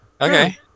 Okay